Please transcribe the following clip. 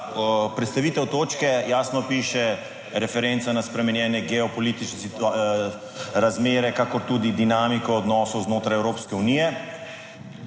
predstavitev točke jasno piše referenca na spremenjene geopolitične razmere, kakor tudi dinamiko odnosov znotraj Evropske unije.